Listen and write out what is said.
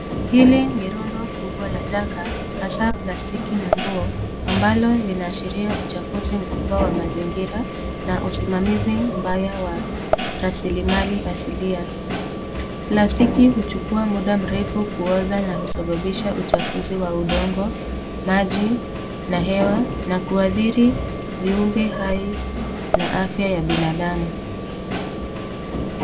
Hili ni rundo kubwa la taka hasa plastiki na nguo, ambalo linaashiria uchafuzi mkubwa wa mazingira na usimamizi mbaya wa rasilimali asilia. Plastiki huchukua muda mrefu kuoza na husubabisha uchafuzi wa udongo, maji na hewa na kuadhiri viumbe hai na afya ya binadamu.